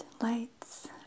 lights